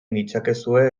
ditzakezue